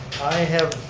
i have